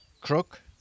crook